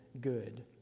good